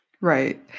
Right